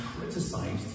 criticized